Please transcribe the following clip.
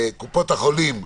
חלק מקופות החולים,